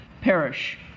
perish